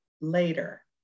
later